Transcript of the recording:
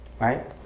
Right